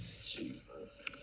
Jesus